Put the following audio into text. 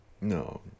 No